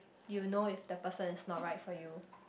you will know if the person is not right for you